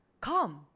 Come